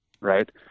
right